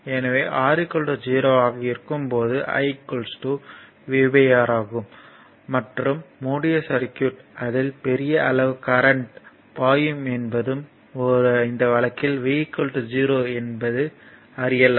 எனவே R 0 ஆக இருக்கும்போது I VR ஆகும் மற்றும் மூடிய சர்க்யூட் அதில் பெரிய அளவு கரண்ட் பாயும் என்பதும் இந்த வழக்கில் V 0 என்பது அறியலாம்